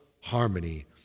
harmony